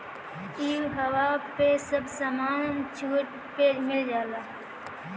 इहवा पे सब समान छुट पे मिल जाला